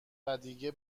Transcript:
ودیگه